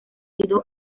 sido